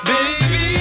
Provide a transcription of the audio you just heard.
Baby